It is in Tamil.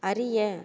அறிய